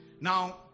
Now